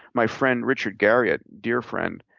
my friend richard garriott, dear friend,